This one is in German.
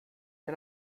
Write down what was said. der